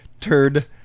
Turd